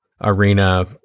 arena